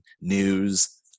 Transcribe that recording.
news